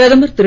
பிரதமர் திரு